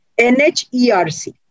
NHERC